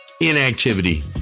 inactivity